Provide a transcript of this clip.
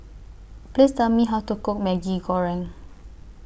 Please Tell Me How to Cook Maggi Goreng